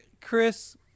Chris